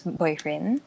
boyfriend